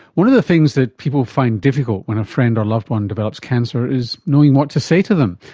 one of the things that people find difficult when a friend or loved one develops cancer is knowing what to say to them.